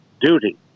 duty